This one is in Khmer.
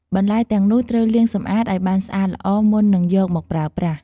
បន្លែទាំងនោះ ត្រូវលាងសម្អាតឲ្យបានស្អាតល្អមុននឹងយកមកប្រើប្រាស់។